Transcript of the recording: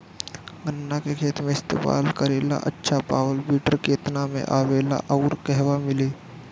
गन्ना के खेत में इस्तेमाल करेला अच्छा पावल वीडर केतना में आवेला अउर कहवा मिली?